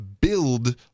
build